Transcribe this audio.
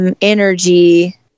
energy